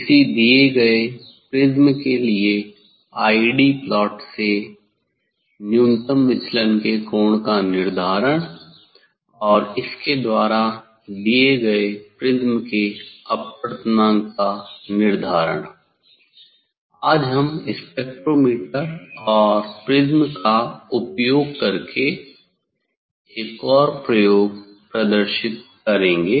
किसी दिए गए प्रिज़्म के लिए प्लॉट से न्यूनतम विचलन के कोण का निर्धारण और इस के द्वारा दिए गए प्रिज्म के अपवर्तनांक का निर्धारण करना आज हम स्पेक्ट्रोमीटर और प्रिज़्म का उपयोग करके एक और प्रयोग प्रदर्शित करेंगे